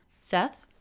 Seth